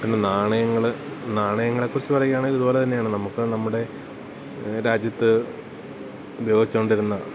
പിന്നെ നാണയങ്ങള് നാണയങ്ങളെക്കുറിച്ചു പറയാണെങ്കിലിതു പോലെതന്നെയാണ് നമ്മള്ക്കു നമ്മുടെ രാജ്യത്ത് ഉപയോഗിച്ചുകൊണ്ടിരുന്ന